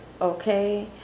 okay